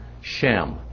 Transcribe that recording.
Shem